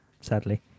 sadly